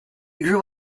grew